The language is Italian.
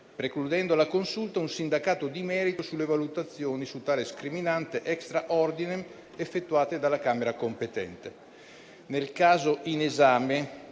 precludendo alla Consulta un sindacato di merito sulle valutazioni su tale scriminante *extra ordinem* effettuate dalla Camera competente. Nel caso in esame